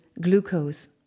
glucose